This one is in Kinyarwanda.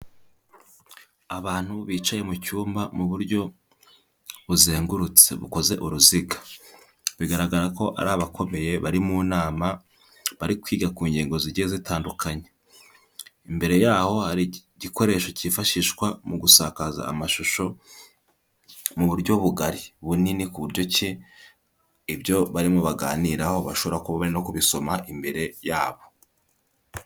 Abantu bicaye mu cyumba mu buryo buzengurutse bukoze uruziga. Bigaragara ko ari abakomeye bari mu nama, bari kwiga ku ngingo zigiye zitandukanye. Imbere yaho hari igikoresho cyifashishwa mu gusakaza amashusho, mu buryo bugari. Bunini ku buryo ki ibyo barimo baganiraho bashobora kuba bari no kubisoma imbere yabo.